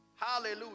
Hallelujah